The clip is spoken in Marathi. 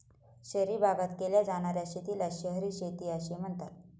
शहरी भागात केल्या जाणार्या शेतीला शहरी शेती असे म्हणतात